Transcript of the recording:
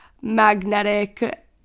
magnetic